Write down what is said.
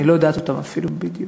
אני לא יודעת אותם אפילו בדיוק,